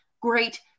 Great